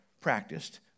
practiced